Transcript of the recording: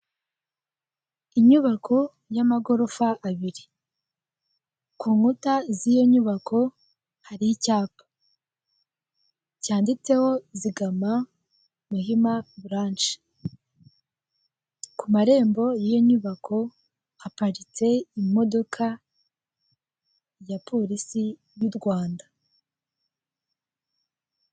Inyubako y'amagorogfa abiri. Ku nkuta ziyo nyubako hariho icyapa cyanditseho zigama Muhima buranshi. Ku marembo y'iyo nyubako haparitse imodoka ya polisi y'u Rwanda.